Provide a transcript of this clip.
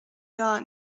got